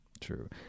True